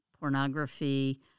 pornography